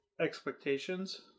expectations